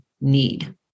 need